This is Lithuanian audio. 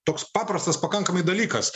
toks paprastas pakankamai dalykas